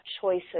choices